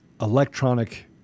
electronic